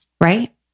right